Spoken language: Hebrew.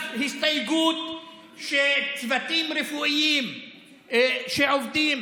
והגשתי אז הסתייגות שצוותים רפואיים שעובדים